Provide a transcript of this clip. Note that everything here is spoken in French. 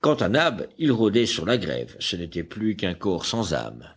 quant à nab il rôdait sur la grève ce n'était plus qu'un corps sans âme